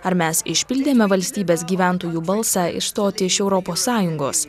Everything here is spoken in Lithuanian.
ar mes išpildėme valstybės gyventojų balsą išstoti iš europos sąjungos